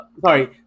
Sorry